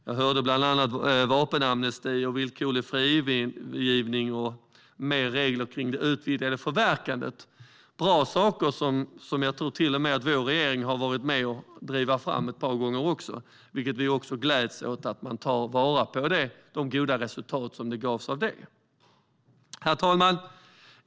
Jag hörde bland annat att det handlade om vapenamnesti och villkorlig frigivning samt fler regler kring utvidgat förverkande. Det är bra saker som jag till och med tror att vår regering har varit med om att driva fram ett par gånger. Vi gläds åt att man tar vara på de goda resultat som kom då. Herr talman!